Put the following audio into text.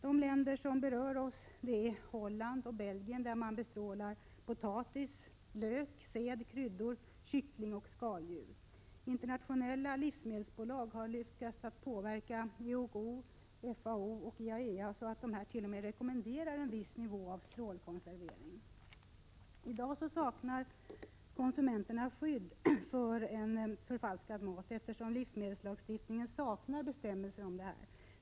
De länder som i detta fall berör oss är Holland och Belgien, där man bestrålar potatis, lök, säd, kryddor, kyckling och skaldjur. Internationella livsmedelsbolag har lyckats att påverka WHO, FAO och IAEA så att dessa nu t.o.m. rekommenderar en viss nivå av strålkonservering. I dag saknar konsumenterna skydd mot förfalskad mat, eftersom livsmedelslagstiftningen saknar bestämmelser om just detta.